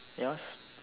ya